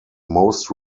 most